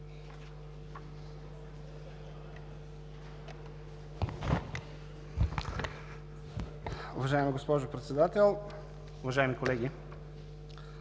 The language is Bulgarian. Уважаема госпожо Председател, уважаеми дами